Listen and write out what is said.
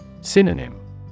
Synonym